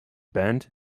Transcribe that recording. band